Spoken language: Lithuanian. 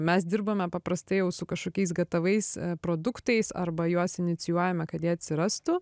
mes dirbame paprastai jau su kažkokiais gatavais produktais arba juos inicijuojame kad jie atsirastų